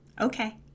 Okay